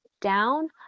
down